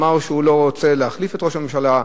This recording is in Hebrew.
אמר שהוא לא רוצה להחליף את ראש הממשלה.